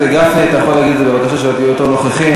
לכם, היה צריך להפסיק את עבודת הכנסת עכשיו.